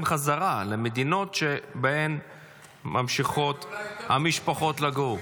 חזרה למדינות שבהם ממשיכות המשפחות לגור.